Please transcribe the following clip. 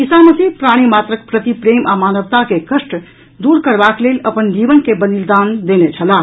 ईसा मसीह प्राणी मात्रक प्रति प्रेम आ मानवता के कष्ट दूर करबाक लेल अपन जीवन के बलिदान देने छलाह